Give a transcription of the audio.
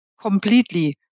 completely